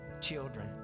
children